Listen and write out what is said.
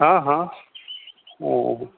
हँ हँ नहीं